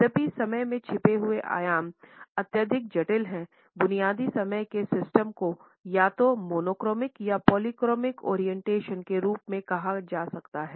यद्यपि समय के छिपे हुए आयाम अत्यधिक जटिल हैं बुनियादी समय के सिस्टम को या तो मोनोक्रोनिक के रूप में कहा जा सकता है